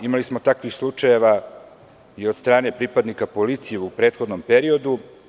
Imali smo takvih slučajeva i od strane pripadnika policije u prethodnom periodu.